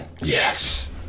Yes